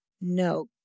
no